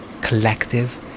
collective